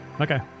Okay